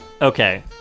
Okay